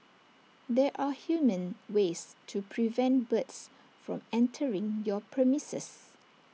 there are humane ways to prevent birds from entering your premises